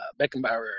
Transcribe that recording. Beckenbauer